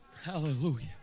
Hallelujah